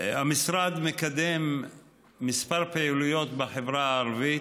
המשרד מקדם כמה פעילויות בחברה הערבית,